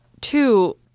Two